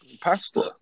pasta